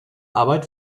arbeit